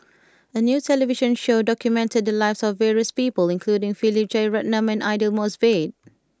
a new television show documented the lives of various people including Philip Jeyaretnam and Aidli Mosbit